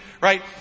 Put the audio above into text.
right